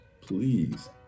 please